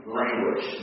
language